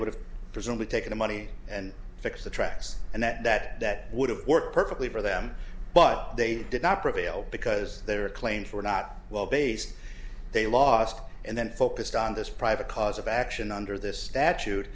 would have presumably taken the money and fix the tracks and that would have worked perfectly for them but they did not prevail because their claims were not well based they lost and then focused on this private cause of action under this statute